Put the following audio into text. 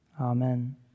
Amen